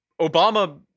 Obama